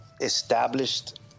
established